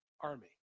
army